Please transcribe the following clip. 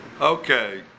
Okay